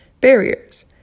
Barriers